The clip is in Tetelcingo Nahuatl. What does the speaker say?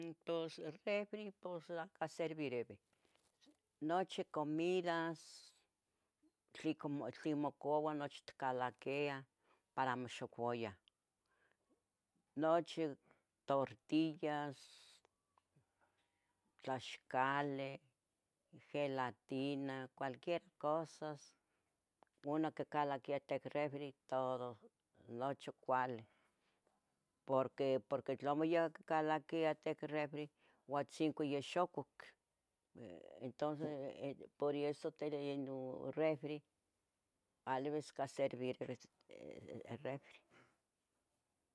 In tos refri pos lahca servirevi, nochi comidas tli tlen mocoua nochi itcalaquia para amo xocoyah, nochi tortillas, tlaxcale, gelatina, cualquier cosas uno quicalaquia ihtic refri todo nochi cuali, porqui, porqui tlamo yahca quicalaquiah ihtic refri youatzinco ya xococ, e entonces por eso tere ino refri tlalibisca serviribi eh refri.